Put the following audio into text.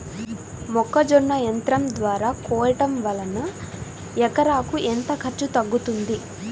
మొక్కజొన్న యంత్రం ద్వారా కోయటం వలన ఎకరాకు ఎంత ఖర్చు తగ్గుతుంది?